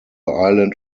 island